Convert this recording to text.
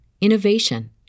innovation